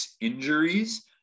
injuries